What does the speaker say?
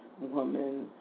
woman